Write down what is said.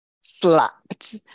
slapped